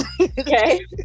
okay